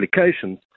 applications